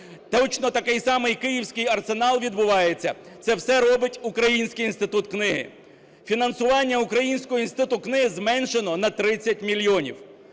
точно такий самий "київський Арсенал" відбувається. Це все робить Український інститут книги. Фінансування Українського інституту книги зменшено на 30 мільйонів.